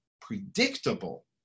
predictable